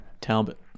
Talbot